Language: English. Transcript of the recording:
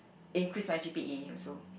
increase my G_P_A also